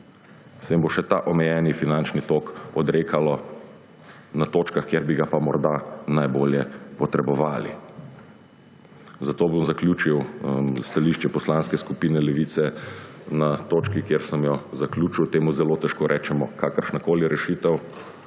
se jim bo še ta omejeni finančni tok odrekalo na točkah, kjer bi ga pa morda najbolj potrebovali. Zato bom zaključil stališče Poslanske skupine Levica na točki, kjer sem jo zaključil: temu zelo težko rečemo kakršnakoli rešitev,